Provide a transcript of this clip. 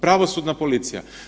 Pravosudna policija.